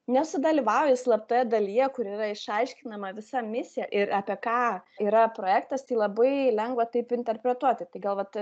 nesudalyvauji slaptoje dalyje kur yra išaiškinama visa misija ir apie ką yra projektas tai labai lengva taip interpretuoti tai gal vat